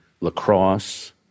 lacrosse